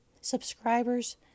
subscribers